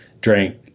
drank